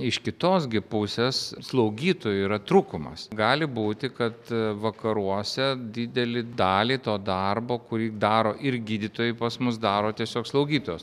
iš kitos gi pusės slaugytojų yra trūkumas gali būti kad vakaruose didelį dalį to darbo kurį daro ir gydytojai pas mus daro tiesiog slaugytojos